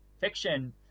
fiction